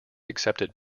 accepted